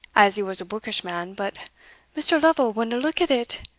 as he was a bookish man, but mr. lovel wadna look at it,